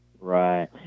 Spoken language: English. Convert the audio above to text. Right